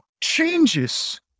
changes